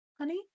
honey